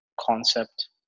concept